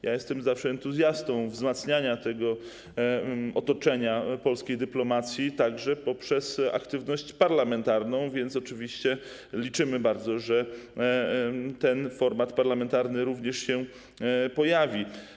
Jestem zawsze entuzjastą wzmacniania otoczenia polskiej dyplomacji także poprzez aktywność parlamentarną, więc oczywiście liczymy bardzo na to, że ten format parlamentarny również się pojawi.